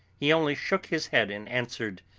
he only shook his head and answered